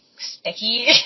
sticky